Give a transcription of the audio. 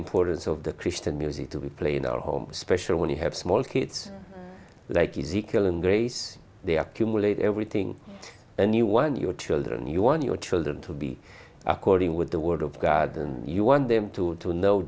importance of the christian music that we play in our home especially when you have small kids like easy kill and grace they accumulate everything and you want your children you want your children to be according with the word of god and you want them to to know